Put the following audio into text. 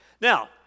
Now